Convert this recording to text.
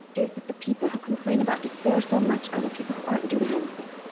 is that the people who complain about despair so much are the people who aren't doing anything,